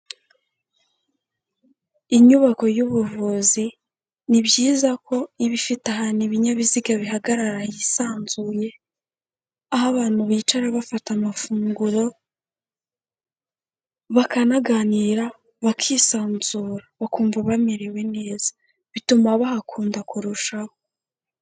Inyubako y'ubuvuzi, ni byiza ko iba ifite ahantu ibinyabiziga bihagarara hisanzuye, aho abantu bicara bafata amafunguro, bakanaganira bakisanzura bakumva bamerewe neza, bituma bahakunda kurushaho.